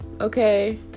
okay